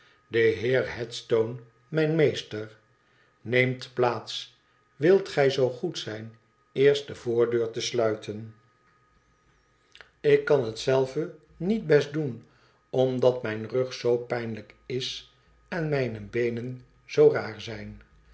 de heer headstone mijn meester neemt plaats wilt gij zoo goed zijn eerst de voordeur te sluiten ik kan het zelve niet best doen omdat mijn rug zoo pijnlijk is en mijne beenen zoo raar zijn